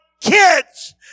kids